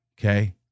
okay